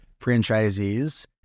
franchisees